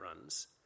runs